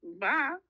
Bye